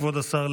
כבוד השר,